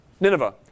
Nineveh